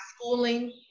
schooling